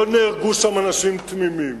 לא נהרגו שם אנשים תמימים.